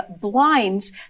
blinds